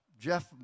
Jeff